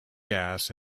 gas